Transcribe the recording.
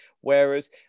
Whereas